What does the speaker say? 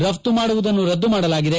ರಫ್ತು ಮಾಡುವುದನ್ನು ರದ್ದುಮಾಡಲಾಗಿದೆ